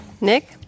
Nick